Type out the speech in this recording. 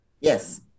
yes